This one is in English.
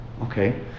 okay